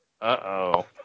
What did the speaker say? Uh-oh